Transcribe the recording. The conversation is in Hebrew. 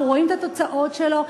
אנחנו רואים את התוצאות שלו.